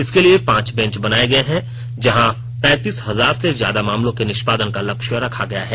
इसके लिए पांच बेंच बनाए गए हैं जहां पैंतीस हजार से ज्यादा मामलों के निष्पादन का लक्ष्य रखा गया है